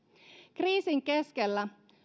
kriisin keskellä